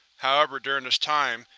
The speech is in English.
however, during this time,